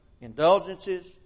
indulgences